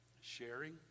sharing